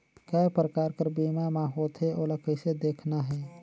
काय प्रकार कर बीमा मा होथे? ओला कइसे देखना है?